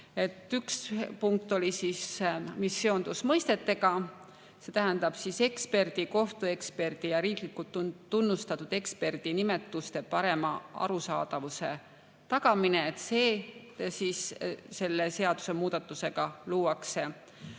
Üks punkt oli, mis seondus mõistetega. See tähendab eksperdi, kohtueksperdi ja riiklikult tunnustatud eksperdi nimetuste parema arusaadavuse tagamist, mis selle seadusemuudatusega luuakse.